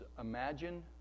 imagine